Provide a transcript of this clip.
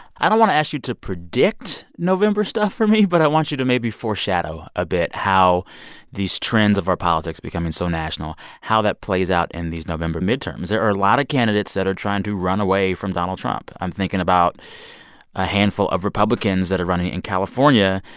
i don't want to ask you to predict november stuff for me, but i want you to maybe foreshadow a bit how these trends of our politics becoming so national how that plays out in these november midterms. there are a lot of candidates that are trying to run away from donald trump. i'm thinking about a handful of republicans that are running in california.